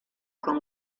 con